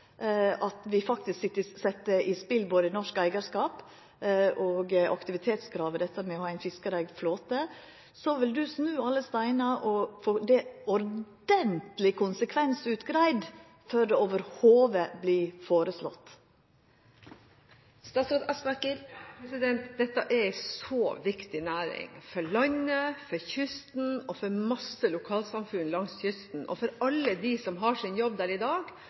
at vi faktisk set i spel både norsk eigarskap og aktivitetskravet, dette med å ha ein fiskareigd flåte, vil ho snu alle steinar og få dette ordentleg konsekvensutgreidd før det i det heile vert føreslått. Dette er en så viktig næring, for landet, for kysten, for mange lokalsamfunn langs kysten, for alle dem som har sin jobb der i dag,